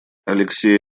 алексей